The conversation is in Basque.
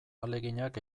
ahaleginak